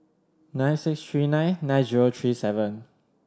nine six three nine nine zero three seven